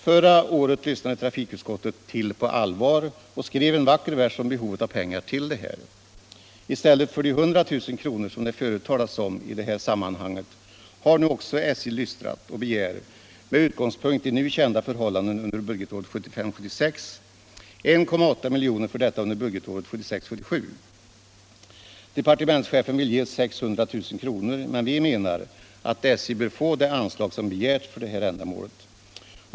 Förra året lystrade trafikutskottet till på allvar och skrev en vacker vers om behovet av pengar till det ändamålet. I stället för de 100 000 kr. som det förut talats om i sammanhanget har nu också SJ lystrat och begär — med utgångspunkt i nu kända förhållanden under budgetåret 1975 77. Departementschefen vill ge 600 000 kr., men vi menar att SJ bör få det anslag som begärts för det här syftet.